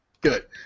Good